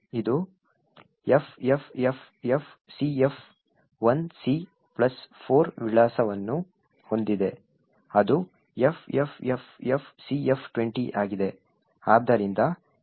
ಇದು FFFFCF1C plus 4 ವಿಳಾಸವನ್ನು ಹೊಂದಿದೆ ಅದು FFFFCF20 ಆಗಿದೆ